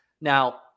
Now